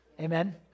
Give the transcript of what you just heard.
Amen